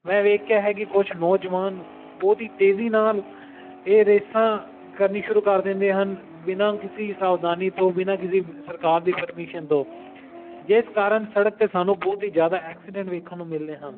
ਮੈਂ ਵੇਖਿਆ ਹੈ ਕਿ ਕੁਝ ਨੌਜਵਾਨ ਬਹਤ ਹੀ ਤੇਜ਼ੀ ਨਾਲ ਇਹ ਰੇਸਾਂ ਕਰਨੀ ਸ਼ੁਰੂ ਕਰ ਦਿੰਦੇ ਹਨ ਬਿਨਾਂ ਕਿਸੇ ਸਾਵਧਾਨੀ ਤੋਂ ਬਿਨਾਂ ਕਿਸੀ ਸਰਕਾਰ ਦੀ ਪਰਮਿਸ਼ਨ ਤੋਂ ਜਿਸ ਕਾਰਨ ਸੜਕ 'ਤੇ ਸਾਨੂੰ ਬਹੁਤ ਹੀ ਜ਼ਿਆਦਾ ਐਕਸੀਡੈਂਟ ਵੇਖਣ ਨੂੰ ਮਿਲਦੇ ਹਨ